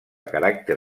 caràcter